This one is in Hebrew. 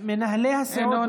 בעד זאב בנימין בגין,